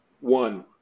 One